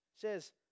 says